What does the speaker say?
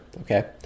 okay